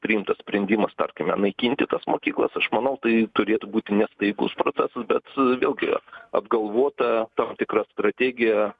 priimtas sprendimas tarkime naikinti tas mokyklas aš manau tai turėtų būti nestaigus procesas bet vėlgi apgalvota tam tikra strategija